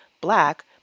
black